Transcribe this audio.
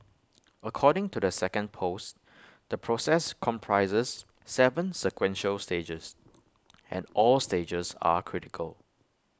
according to the second post the process comprises Seven sequential stages and all stages are critical